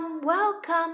welcome